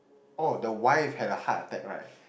oh the wife had a hear attack right